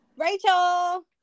rachel